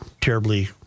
terribly